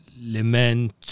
Lament